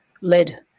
led